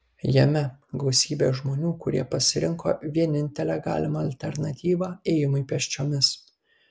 jame gausybė žmonių kurie pasirinko vienintelę galimą alternatyvą ėjimui pėsčiomis